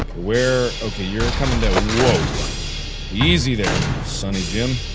we're okay you're coming down whoa easy there sonny jim